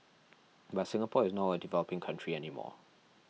but Singapore is not a developing country any more